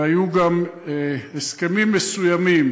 והיו גם הסכמים מסוימים,